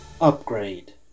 Upgrade